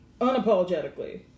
unapologetically